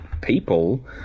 people